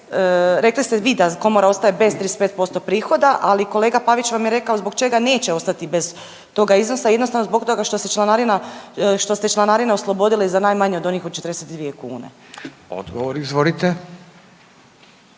rekli ste vi da komora ostaje bez 35% prihoda, ali kolega Pavić vam je rekao zbog čega neće ostati bez toga iznosa jednostavno zbog toga što se članarina, što se članarina oslobodila i za najmanje od onih od 42 kune. **Radin, Furio